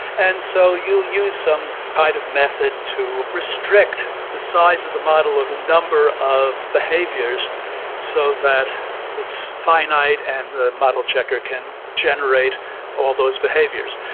and so you'll use some kind of method to restrict the size of the model of the number of behaviors so that it's finite and the model checker can generate all those behaviors.